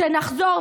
שכשנחזור,